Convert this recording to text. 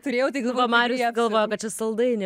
turėjau tai galvoj marių jie galvojo kad čia saldainiai